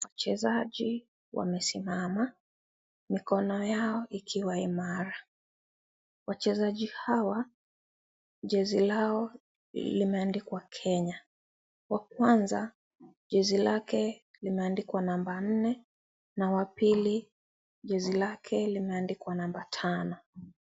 Wachezaji wamesimama mikono yao ikiwa imara. Wachezaji hawa, jezi lao limeandikwa Kenya. Wa kwanza, jezi lake limeandikwa namba nne na wa pili jezi lake limeandikwa namba tano.